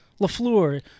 Lafleur